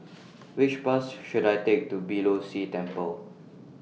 Which Bus should I Take to Beeh Low See Temple